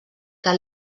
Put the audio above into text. que